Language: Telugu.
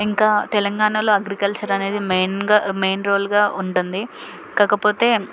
ఇంకా తెలంగాణలో అగ్రికల్చర్ అనేది మెయిన్గా మెయిన్ రోల్గా ఉంటుంది కాకపోతే